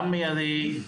גם מידי,